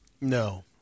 No